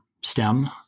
STEM